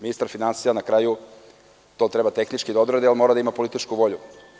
Ministar finansija na kraju to treba tehnički da odradi, ali mora da ima političku volju.